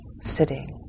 sitting